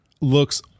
looks